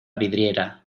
vidriera